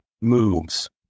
moves